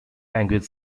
language